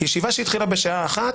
ישיבה שהתחילה בשעה 13:00,